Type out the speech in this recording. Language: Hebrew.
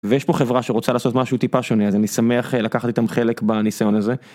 ויש פה חברה שרוצה לעשות משהו טיפה שונה, אז אני שמח אה, לקחת איתם חלק בניסיון הזה.